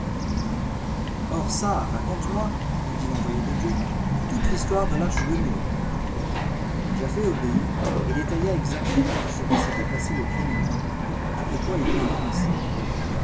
or çà raconte-moi lui dit l'envoyé de dieu toute l'histoire de l'arche de noé japhet obéit et détailla exactement tout ce qui s'étoit passé les premiers mois après quoi il parla ainsi